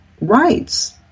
rights